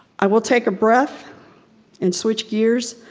i will take a breath and switch gears.